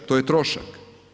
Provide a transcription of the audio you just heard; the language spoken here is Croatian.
To je trošak.